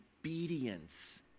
obedience